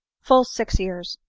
full six years.